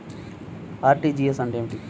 RTGS అంటే ఏమిటి?